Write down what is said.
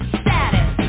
status